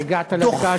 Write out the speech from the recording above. הגעת לדקה ה-13.